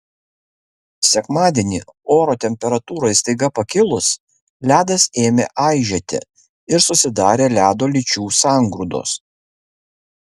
sekmadienį oro temperatūrai staiga pakilus ledas ėmė aižėti ir susidarė ledo lyčių sangrūdos